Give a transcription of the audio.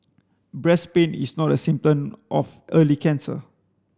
breast pain is not a symptom of early cancer